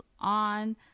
on